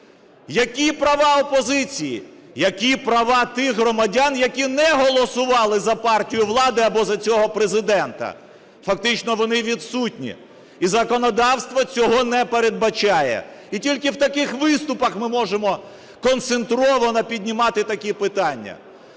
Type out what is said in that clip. Які права опозиції? Які права тих громадян, які не голосували за партію влади або за цього Президента? Фактично вони відсутні. І законодавство цього не передбачає. І тільки в таких виступах ми можемо концентровано піднімати такі питання.